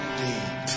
deep